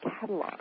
catalog